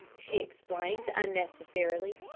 she explained unnecessarily.